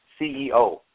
CEO